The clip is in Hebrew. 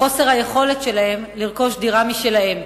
וחוסר היכולת שלהם לרכוש דירה משלהם,